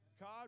God